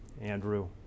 Andrew